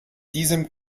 diesem